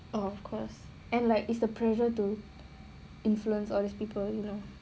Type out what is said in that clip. oh of course and like it's the pressure to influence all these people you know